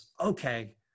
okay